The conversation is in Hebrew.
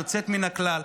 יוצאת מן הכלל,